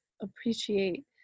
appreciate